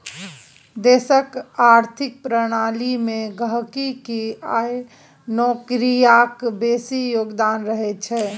देशक आर्थिक प्रणाली मे गहिंकी आ नौकरियाक बेसी योगदान रहैत छै